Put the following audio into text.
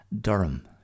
Durham